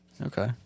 Okay